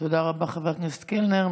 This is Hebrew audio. תודה רבה, חבר הכנסת קלנר.